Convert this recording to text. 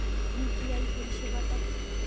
UPI পরিসেবাটা কি?